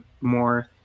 more